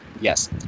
Yes